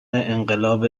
انقلاب